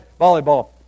volleyball